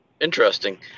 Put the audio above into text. Interesting